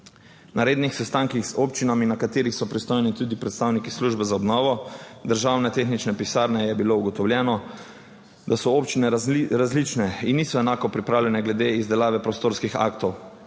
Na rednih sestankih z občinami, na katerih so pristojni tudi predstavniki službe za obnovo državne tehnične pisarne, je bilo ugotovljeno, da so občine različne in niso enako pripravljene glede izdelave prostorskih aktov.